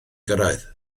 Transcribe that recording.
gyrraedd